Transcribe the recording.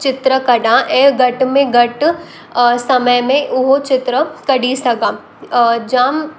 चित्र कढा ऐं घटि में घटि समय में उहो चित्र कढी सघां जाम